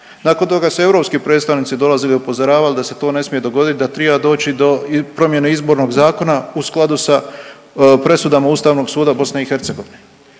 Nakon toga su europski predstavnici dolazili i upozoravali da se to ne smije dogodit, da treba doći do promjene Izbornog zakona u skladu sa presudama Ustavnog suda BiH.